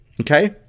okay